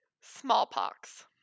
Smallpox